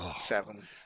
Seven